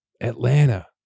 Atlanta